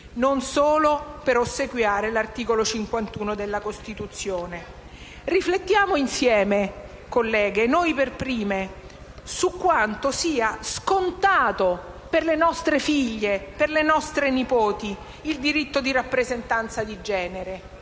non solo per ossequiare l'articolo 51 della Costituzione. Riflettiamo insieme, colleghe, noi per prime, su quanto sia scontato per le nostre figlie e nipoti il diritto di rappresentanza di genere.